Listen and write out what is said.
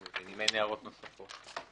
אם אין הערות נוספות.